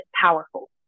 powerful